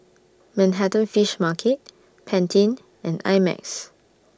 Manhattan Fish Market Pantene and I Max